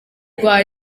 rwa